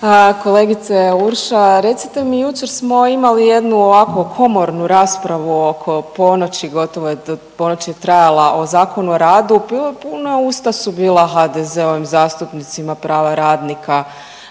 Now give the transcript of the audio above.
Kolegice Urša, recite mi, jučer smo imali jednu ovako komornu raspravu oko ponoći, gotovo je do ponoći je trajala o Zakonu o radu, bilo je, puna usta su bila HDZ-ovim zastupnicima prava radnika,